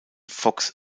fox